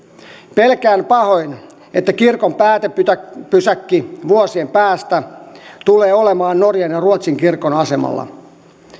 pelkään pahoin että kirkon päätepysäkki vuosien päästä tulee olemaan norjan ja ruotsin kirkon asemalla